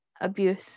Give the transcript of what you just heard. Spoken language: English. abuse